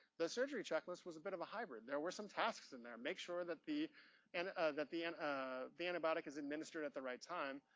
the surgery checklist was a bit of a hybrid. there were some tasks in there. make sure that the and that the and ah antibiotic is administered at the right time.